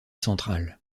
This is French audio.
central